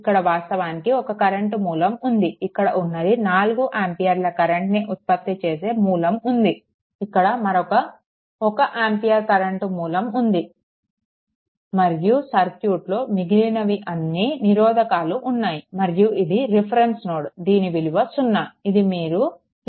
ఇక్కడ వాస్తవానికి ఒక కరెంట్ మూలం ఉంది ఇక్కడ ఉన్నది 4 ఆంపియర్ల కరెంట్ ని ఉత్పత్తి చేసే మూలం ఉంది ఇక్కడ మరొక 1 ఆంపియర్ కరెంట్ మూలం ఉంది మరియు సర్క్యూట్లో మిగిలినవి అన్నీ నిరోధకాలు ఉన్నాయి మరియు ఇది రిఫరెన్స్ నోడ్ దీని విలువ 0